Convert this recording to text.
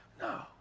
No